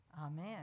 amen